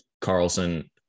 Carlson